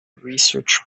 research